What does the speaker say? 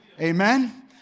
Amen